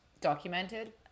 documented